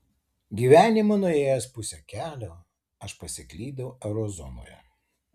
gyvenimo nuėjęs pusę kelio aš pasiklydau eurozonoje